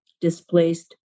displaced